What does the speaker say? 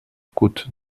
côte